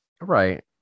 Right